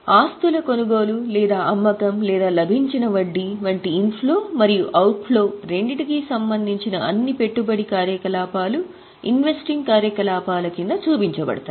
ఆస్తుల కొనుగోలు లేదా అమ్మకం లేదా లభించిన వడ్డీ వంటి ఇన్ఫ్లో మరియు ఆవుట్ ఫ్లో రెండింటికి సంబంధించిన అన్ని పెట్టుబడి కార్యకలాపాలు ఇన్వెస్టింగ్ కార్యకలాపాల క్రింద చూపించబడతాయి